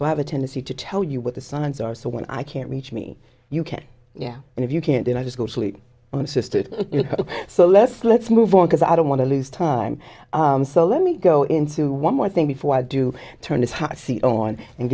so i have a tendency to tell you what the signs are so when i can't reach me you can yeah and if you can't then i just go to sleep on a system so let's let's move on because i don't want to lose time so let me go into one more thing before i do turn this hot seat on and